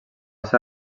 ser